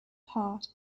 part